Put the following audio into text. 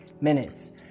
minutes